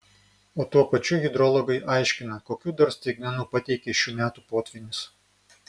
o tuo pačiu hidrologai aiškina kokių dar staigmenų pateikė šių metų potvynis